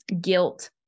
guilt